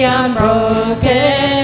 unbroken